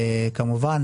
כמובן,